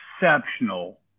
exceptional